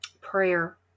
prayer